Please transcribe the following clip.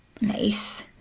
Nice